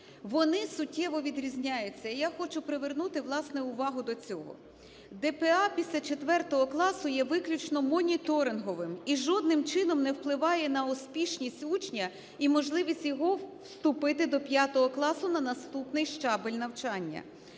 Вони суттєво відрізняються, і я хочу привернути, власне, увагу до цього. ДПА після 4 класу є виключно моніторинговим і жодним чином не впливає на успішність учня і можливість його вступити до 5 класу на наступний щабель навчання.